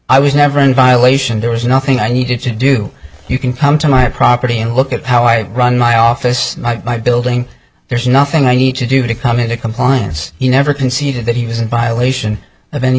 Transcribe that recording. i was never in violation there was nothing i needed to do you can come to my property and look at how i run my office my building there's nothing i need to do to come into compliance he never conceded that he was in violation of any